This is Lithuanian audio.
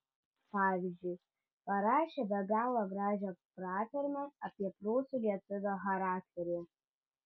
pavyzdžiui parašė be galo gražią pratarmę apie prūsų lietuvio charakterį